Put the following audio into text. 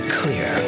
clear